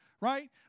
right